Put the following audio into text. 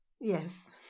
Yes